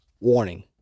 Warning